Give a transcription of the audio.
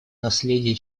наследие